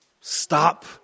Stop